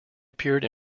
appeared